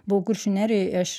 buvau kuršių nerijoj aš